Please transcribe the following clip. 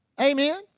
Amen